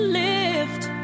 lift